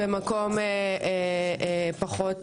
במקום פחות